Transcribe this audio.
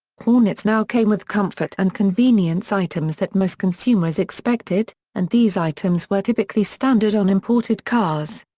hornets now came with comfort and convenience items that most consumers expected, and these items were typically standard on imported cars.